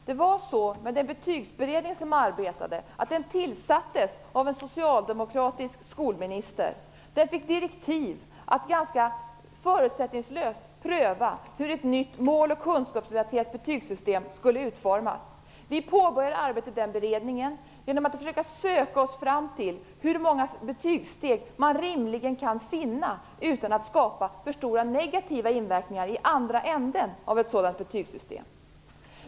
Herr talman! Betygsberedningen tillsattes av en socialdemokratisk skolminister. Den fick direktiv att ganska förutsättningslöst pröva hur ett nytt mål och kunskapsrelaterat betygssystem skulle utformas. Vi påbörjade arbetet i den beredningen med att försöka söka oss fram till hur många betygssteg man rimligen kunde finna utan att skapa för stora negativa inverkningar i andra änden av ett sådant betygssystem.